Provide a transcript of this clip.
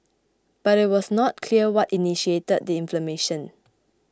but it was not clear what initiated the inflammation